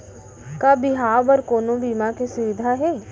का बिहाव बर कोनो बीमा के सुविधा हे?